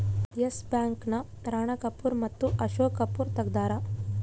S Bank ನ ರಾಣ ಕಪೂರ್ ಮಟ್ಟ ಅಶೋಕ್ ಕಪೂರ್ ತೆಗ್ದಾರ